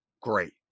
great